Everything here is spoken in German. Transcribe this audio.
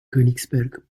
königsberg